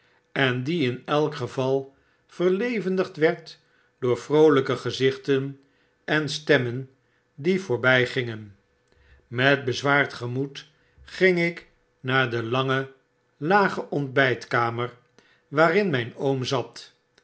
en die in elk geval verlevendigd werd door vroolijke gezichten en stemmen die voorbijgingen met bezwaard gemoed ging ik naar de lange lage ontbgtkamer waarin mp oom zat